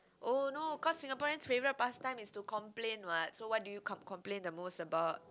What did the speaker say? oh no cause Singaporean favorite pastime is to complain what so what do you complain the most about